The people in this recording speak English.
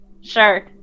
sure